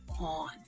on